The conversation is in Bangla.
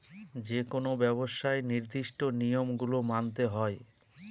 যেকোনো ব্যবসায় নির্দিষ্ট নিয়ম গুলো মানতে হয়